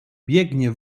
biegnie